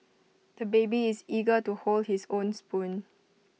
the baby is eager to hold his own spoon